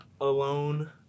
alone